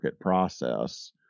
process